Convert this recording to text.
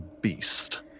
beast